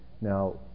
Now